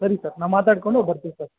ಸರಿ ಸರ್ ನಾವು ಮಾತಾಡಿಕೊಂಡು ಬರ್ತೀವಿ ಸರ್